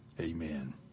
Amen